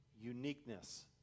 uniqueness